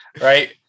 right